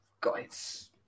guys